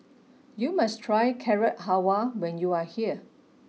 you must try Carrot Halwa when you are here